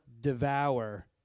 devour